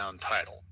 title